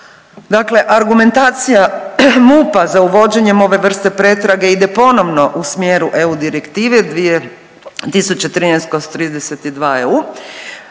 Dakle, argumentacija MUP-a za uvođenjem ove vrste pretrage ide ponovno u smjeru EU direktive 2013/32EU,